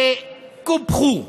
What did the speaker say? שקופחו,